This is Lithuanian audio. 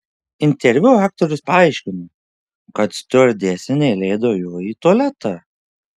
interviu aktorius paaiškino kad stiuardesė neįleido jo į tualetą